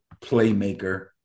playmaker